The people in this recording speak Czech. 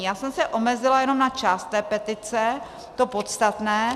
Já jsem se omezila jenom na část té petice, to podstatné.